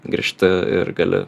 grįžti ir gali